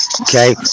Okay